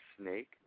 snake